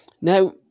Now